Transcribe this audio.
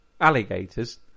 alligators